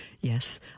yes